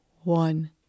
One